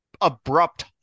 abrupt